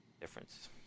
Difference